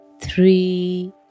three